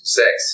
six